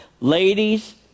Ladies